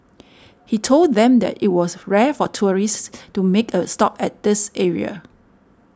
he told them that it was rare for tourists to make a stop at this area